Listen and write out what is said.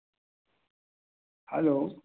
hello